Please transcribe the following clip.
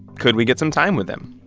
could we get some time with him?